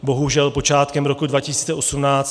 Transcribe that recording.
Bohužel počátkem roku 2018